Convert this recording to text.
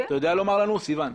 אתה יודע לומר לנו סיון?